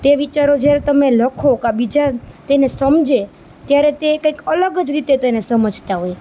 તે વિચારો તમે જ્યારે લખો કાં બીજા તેને સમજે ત્યારે તે કંઈક અલગ જ રીતે તેને સમજતા હોય